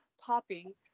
Poppy